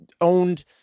owned